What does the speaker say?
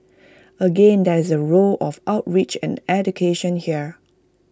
again there is A role of outreach and education here